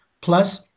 Plus